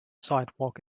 sidewalk